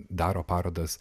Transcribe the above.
daro parodas